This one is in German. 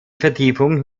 vertiefung